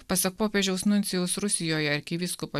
pasak popiežiaus nuncijaus rusijoje arkivyskupo